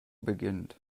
beginnt